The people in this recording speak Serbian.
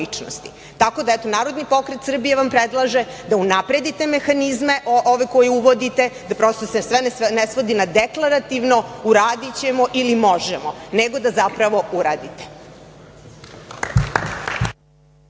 o ličnosti. Narodni pokret Srbije vam predlaže da unapredite mehanizme ove koje uvodite, da se prosto sve ne svodi na deklarativno, uradićemo ili možemo, nego da zapravo uradite.